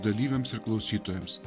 dalyviams ir klausytojams